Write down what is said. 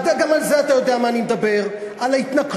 גם על זה אתה יודע מה אני מדבר, על ההתנכלויות.